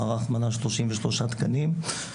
המערך מנה שלושים ושלושה תקנים,